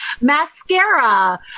mascara